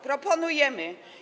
Proponujemy.